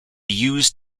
used